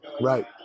Right